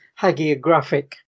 hagiographic